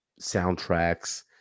soundtracks